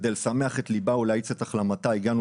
כדי לשמח את ליבה ולהאיץ את החלמתה הגענו